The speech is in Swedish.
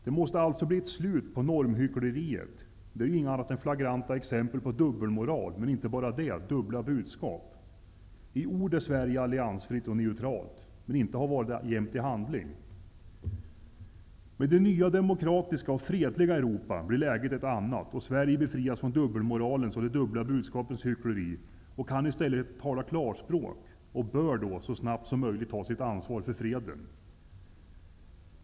Det måste alltså bli ett slut på normhyckleriet - det är ju inget annat än flagranta exempel på dubbelmoral, men inte bara det: Dubbla budskap! I ord är Sverige alliansfritt och neutralt, men har inte varit det i handling. Med det nya demokratiska och fredliga Europa blir läget ett annat, och Sverige befrias från dubbelmoralens och de dubbla budskapens hyckleri och kan i stället tala klarspråk och bör så snabbt som möjligt ta sitt ansvar för freden.